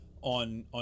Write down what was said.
On